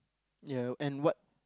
ya and what